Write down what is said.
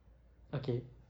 okay